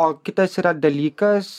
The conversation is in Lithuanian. o kitas yra dalykas